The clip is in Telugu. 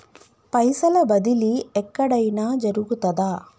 పైసల బదిలీ ఎక్కడయిన జరుగుతదా?